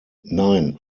nein